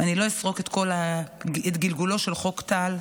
אני לא אסקור את גלגולו של חוק טל,